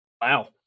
Wow